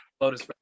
lotus